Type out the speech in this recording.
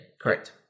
correct